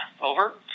Over